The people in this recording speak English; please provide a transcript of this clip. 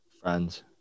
Friends